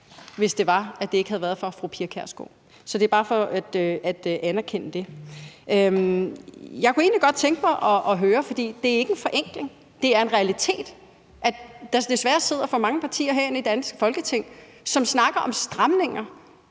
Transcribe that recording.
hvis det ikke havde været for fru Pia Kjærsgaard. Så det er bare for at anerkende det. Jeg kunne egentlig godt tænke mig at høre noget, for det er ikke en forenkling. Det er en realitet, at der desværre sidder for mange partier herinde i det danske Folketing, som snakker om stramninger,